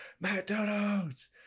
McDonald's